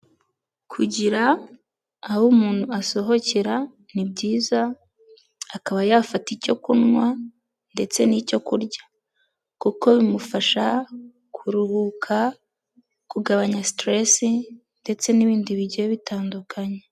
Kugira aho umuntu asohokera ni byiza akaba yafata icyo kunywa ndetse n'icyo kurya kuko bimufasha kuruhuka, kugabanya siteresi ndetse n'ibindi bigiye bitandukanye.